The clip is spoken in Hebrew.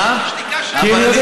אמירה